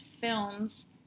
films